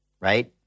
right